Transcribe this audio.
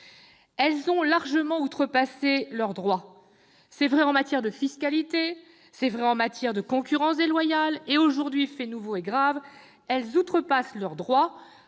Elles ont largement outrepassé leurs droits : c'est vrai en matière de fiscalité, c'est vrai en matière de concurrence déloyale et aujourd'hui, fait nouveau et grave, elles outrepassent leurs droits